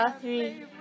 three